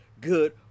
good